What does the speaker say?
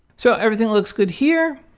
so everything looks good here.